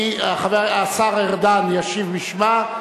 השר ארדן ישיב בשמה,